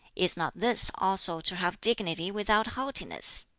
is not this also to have dignity without haughtiness?